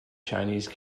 chinese